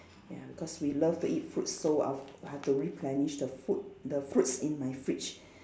ya because we love to eat fruits so I've I have to replenish the food the fruits in my fridge